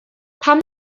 pam